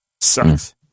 sucks